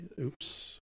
Oops